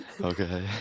Okay